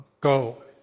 Go